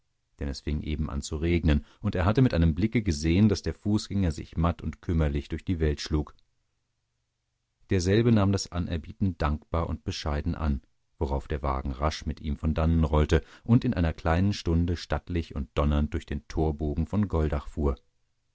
denn es fing eben an zu regnen und er hatte mit einem blicke gesehen daß der fußgänger sich matt und kümmerlich durch die welt schlug derselbe nahm das anerbieten dankbar und bescheiden an worauf der wagen rasch mit ihm von dannen rollte und in einer kleinen stunde stattlich und donnernd durch den torbogen von goldach fuhr